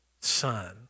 son